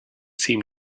seem